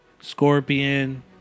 Scorpion